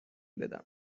بدم